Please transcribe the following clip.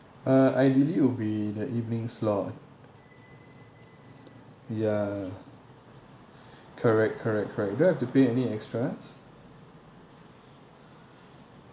uh ideally would be the evening slot ya correct correct correct do I have to pay any extras